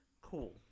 Cool